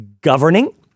governing